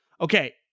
Okay